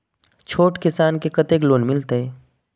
छोट किसान के कतेक लोन मिलते?